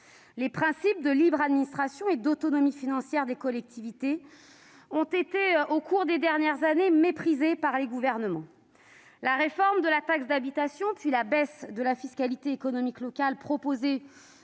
les principes de libre administration et d'autonomie financière des collectivités ont été méprisés par les gouvernements. La réforme de la taxe d'habitation, puis la baisse de la fiscalité économique locale proposée